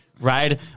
right